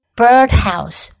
birdhouse